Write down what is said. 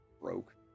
broke